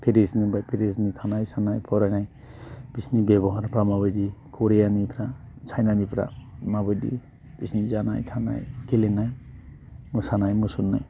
पेरिसनिब्ला पेरिसनि थानाय जानाय फरायनाय बिसोरनि बेब'हारफोरा माबायदि क'रियानिफ्रा चाइनानिफ्रा माबायदि बिसोरनि जानाय थानाय गेलेनाय मोसानाय मुसुरनाय